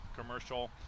commercial